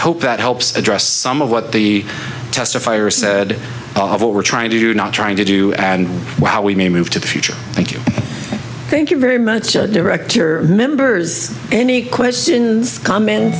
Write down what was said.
hope that helps address some of what the testifiers said what we're trying to do not trying to do and while we may move to the future thank you thank you very much direct your members any questions com